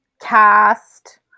cast